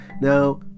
now